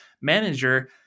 manager